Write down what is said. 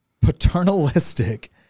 paternalistic